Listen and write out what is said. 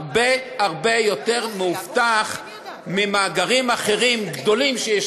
הרבה הרבה יותר מאובטח ממאגרים אחרים גדולים שיש,